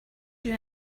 you